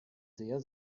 sehr